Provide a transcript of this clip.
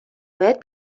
باید